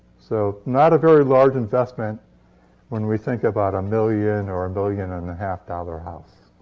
so not a very large investment when we think about a million or a million-and-a-half-dollar house.